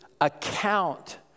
account